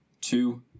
two